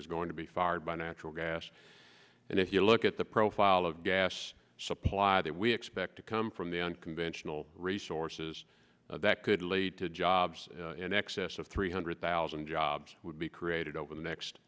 is going to be fired by natural gas and if you look at the profile of gas supply that we expect to come from the unconventional resources that could lead to jobs in excess of three hundred thousand jobs would be created over the next